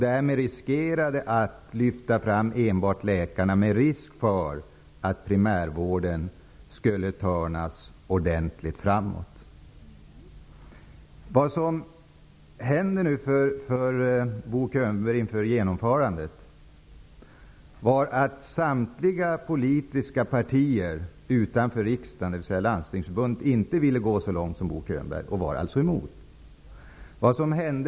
Därmed riskerade man att enbart lyfta fram läkarna, med fara för att primärvården skulle få sig en ordentlig törn framöver. Vad som hände, Bo Könberg, inför genomförandet var att samtliga politiska partier utanför riksdagen, dvs. Landstingsförbundet, inte ville gå så långt som Bo Könberg och således var emot.